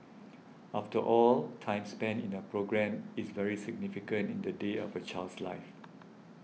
after all time spent in a programme is very significant in the day of a child's life